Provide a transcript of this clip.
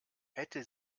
hätte